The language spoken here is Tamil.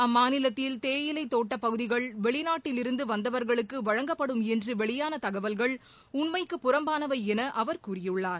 அம்மாநிலத்தில் தேயிலைத்தோட்ட பகுதிகள் வெளிநாட்டிலிருந்து வந்தவர்களுக்கு வழங்கப்படும் என்று வெளியான தகவல்கள் உண்மைக்கு புறம்பானவை என அவர் கூறியுள்ளார்